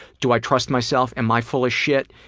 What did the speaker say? do i trust myself, am i full of shit?